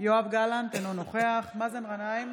יואב גלנט, אינו נוכח מאזן גנאים,